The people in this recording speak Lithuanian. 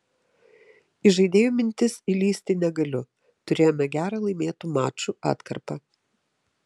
į žaidėjų mintis įlįsti negaliu turėjome gerą laimėtų mačų atkarpą